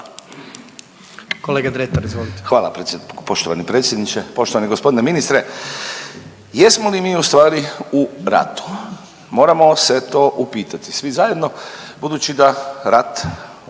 **Dretar, Davor (DP)** Hvala poštovani predsjedniče. Poštovani gospodine ministre jesmo li mi u stvari u ratu? Moramo se to upitati svi zajedno budući da rat